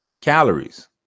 calories